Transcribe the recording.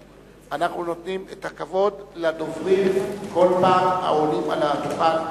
אנחנו נותנים את הכבוד לדוברים העולים על הדוכן.